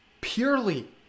purely